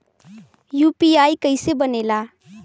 UPI कईसे बनेला?